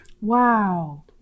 Wow